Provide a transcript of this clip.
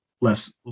less